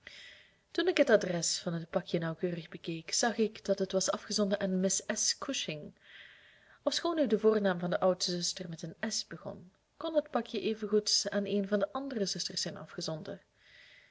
toen ik het adres van het pakje nauwkeurig bekeek zag ik dat het was afgezonden aan miss s cushing ofschoon nu de voornaam van de oudste zuster met een s begon kon het pakje evengoed aan een van de andere zusters zijn